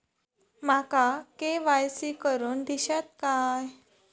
माका के.वाय.सी करून दिश्यात काय?